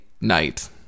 night